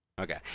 Okay